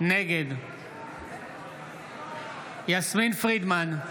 נגד יסמין פרידמן,